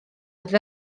oedd